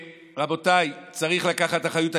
רבותיי, צריך לקחת אחריות.